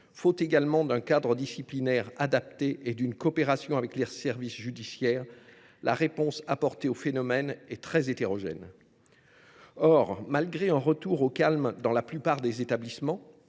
faute également d’un cadre disciplinaire adapté et d’une coopération avec les services judiciaires, la réponse apportée au phénomène se révèle très hétérogène. Or, malgré le retour au calme que l’on peut observer dans la plupart des établissements,